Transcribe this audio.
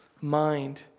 mind